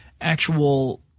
actual